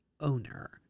owner